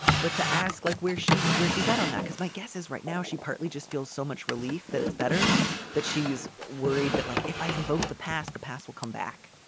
but to ask like where she where she's out on that because my guess is right now she partly just feels so much relief that it's better that she is worried that like if i invoked the past the past will come back.